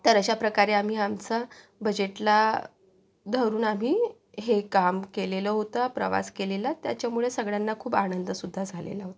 तर अशाप्रकारे आम्ही आमचं बजेटला धरून आम्ही हे काम केलेलं होतं प्रवास केलेला त्याच्यामुळे सगळ्यांना खूप आनंद सुद्धा झालेला होता